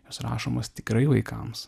jos rašomos tikrai vaikams